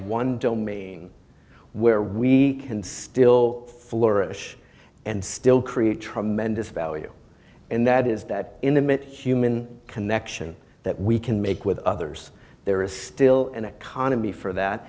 one domain where we can still flourish and still create tremendous value and that is that in the myth human connection that we can make with others there is still an economy for that